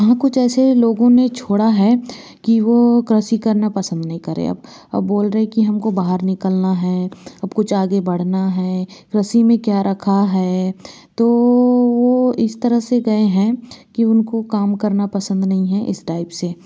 हाँ कुछ ऐसे लोगों ने छोड़ा है कि वह कृषि करना पसंद नहीं करें अब बोल रहे कि हमको बाहर निकलना है अब कुछ आगे बढ़ना है कृषि में क्या रखा है तो वह इस तरह से गए हैं कि उनको काम करना पसंद नहीं है इस टाइप से